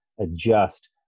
adjust